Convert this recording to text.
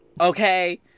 Okay